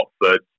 Watford